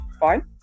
Fine